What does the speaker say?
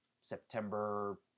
September